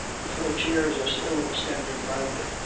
the four chairs are still standing round it,